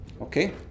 Okay